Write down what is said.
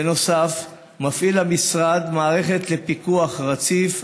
נוסף על כך המשרד מפעיל מערכת לפיקוח רציף,